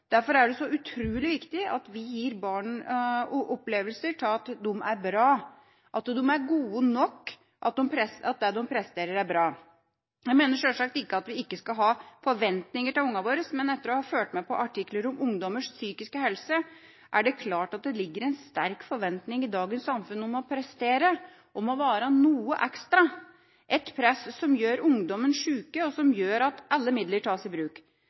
Derfor er det så utrolig viktig at vi gir barna en opplevelse av at de er bra, at de er gode nok, at det de presterer, er bra. Jeg mener sjølsagt ikke at vi ikke skal ha forventninger til ungene våre, men etter å ha fulgt med på artikler om ungdommers psykiske helse er det klart at det ligger en sterk forventning i dagens samfunn om å prestere, om å være noe ekstra – et press som gjør ungdommene syke, og som gjør at alle midler tas i bruk.